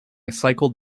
cycled